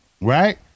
Right